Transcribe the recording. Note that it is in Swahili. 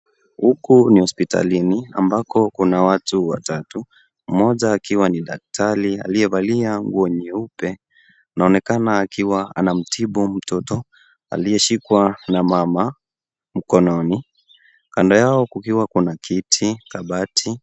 Huku ni hospitalini ambako kuna watu watatu. Mmoja akiwa ni daktari, aliyevalia nguo nyeupe. Inaonekana akiwa anamtibu mtoto aliyeshikwa na mama mkononi. Kando yao, kuna kiti, kabati.